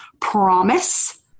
promise